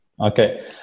Okay